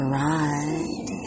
ride